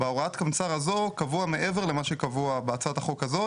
בהוראת קמצ"ר הזו קבוע מעבר למה שקבוע בהצעת החוק הזו,